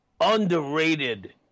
underrated